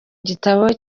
gitabo